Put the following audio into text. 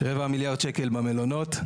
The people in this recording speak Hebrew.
רבע מיליארד שקל במלונות.